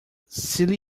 silly